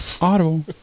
Audible